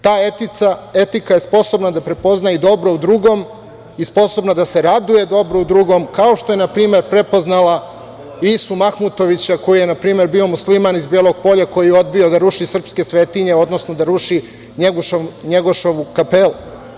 Ta etika je sposobna da prepozna i dobro u drugom i sposobna da se raduje dobrom u drugom, kao što je, na primer, prepoznala Isu Mahmutovića koji je, na primer, bio Musliman iz Bijelog Polja i koji je odbio da ruši srpske svetinje, odnosno da ruši Njegoševu kapelu.